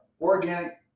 organic